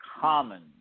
common